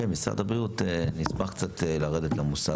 כן, משרד הבריאות, נשמח קצת לרדת למושג.